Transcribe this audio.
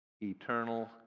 eternal